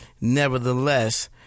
nevertheless